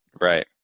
Right